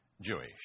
Jewish